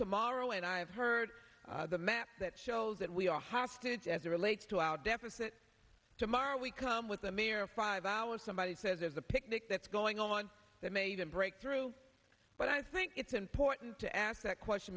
tomorrow and i have heard the map that shows that we are hostage as relates to our deficit tomorrow we come with a mere five hours somebody says there's a picnic that's going on that made a breakthrough but i think it's important to ask that question